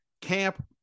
camp